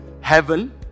heaven